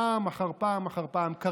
פעם אחר פעם אחר פעם.